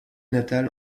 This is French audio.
natal